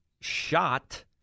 shot